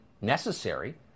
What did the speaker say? necessary